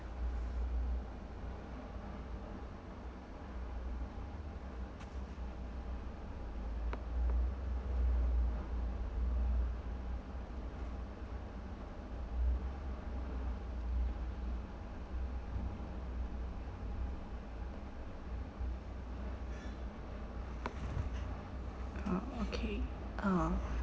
oh okay uh